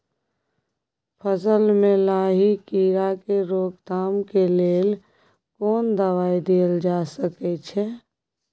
फसल में लाही कीरा के रोकथाम के लेल कोन दवाई देल जा सके छै?